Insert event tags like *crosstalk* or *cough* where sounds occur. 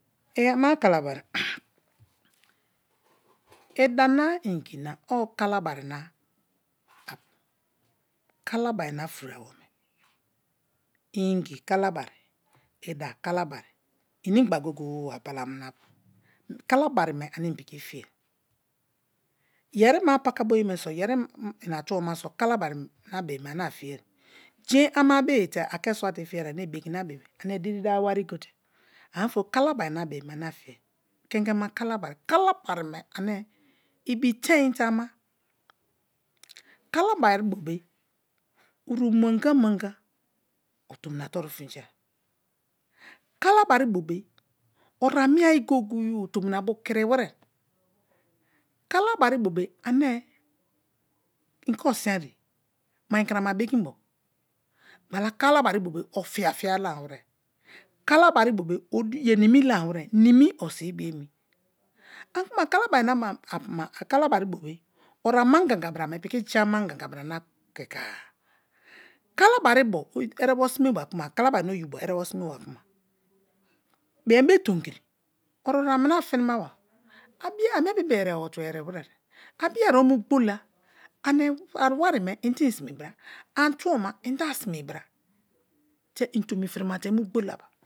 Iyama kalabari *noise* idana ingi na o kalabari na apu, kalabari na furo anome, ingi kalabari, ida kalabari, inimgba gog-ee abalqmina apu kalabari me ane ipiki fiyei. Yeri ma pakaboye me so yeri ina tubo ma kalabari ane a fiyei. Jein ama bii te ake swate fiye-go ame bikina bibi ane diri dawa wari fo te. Ane ofori kalabari na bii me ane afiye kenge ma kalabari, kalabari me ane ibiteim ama, kalabari bo be o mu anga mu anga o tomnina toru finjie kalabari bone ora mie-ye go-ge-e tomi na bu kiri were, kalabari bobe ane inke asin ye mai krama bekinbo gbala kala bari bo ofiafia laram were, mimi osibe bio emi ani kuma kalabari *unintelligible* bobe o anangaga bra me piki japu aman gaga bra na kikara kalabari bo erebo sime ba kuma, kalabari oyibo erebo sme ba kuma bien be tomi kiri o ara mini fori ma ba abigea a mie penbe erebo tubo eriwere a biye o mu gbola ani roarime i de isime bra, ani tubo ma ide asine bra, te i tomi derima te mo gbola ba.